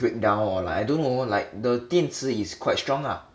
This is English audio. breakdown or like I don't know like the 电池 is quite strong ah